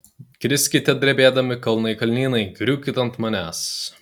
kriskite drebėdami kalnai kalnynai griūkit ant manęs